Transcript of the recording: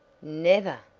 never!